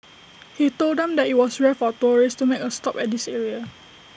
he told them that IT was rare for tourists to make A stop at this area